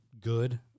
good